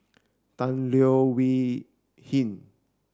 Tan Leo Wee Hin